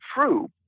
true